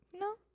No